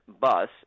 bus